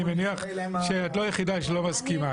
אני מניח שאת לא היחידה שלא מסכימה.